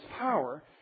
power